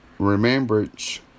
Remembrance